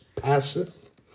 passeth